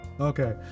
Okay